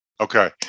okay